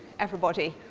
everybody.